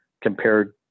compared